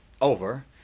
over